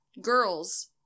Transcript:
Girls